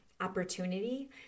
opportunity –